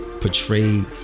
Portrayed